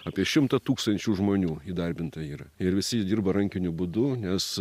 apie šimtą tūkstančių žmonių įdarbinta yra ir visi jie dirba rankiniu būdu nes